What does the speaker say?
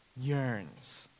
yearns